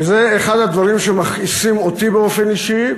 וזה אחד הדברים שמכעיסים אותי באופן אישי,